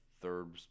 third